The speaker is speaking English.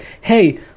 hey